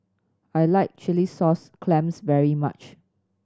I like chilli sauce clams very much